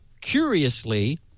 curiously